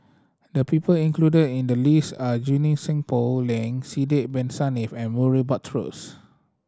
the people included in the list are Junie Sng Poh Leng Sidek Bin Saniff and Murray Buttrose